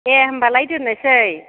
दे होनबालाय दोन्नोसै